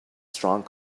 strong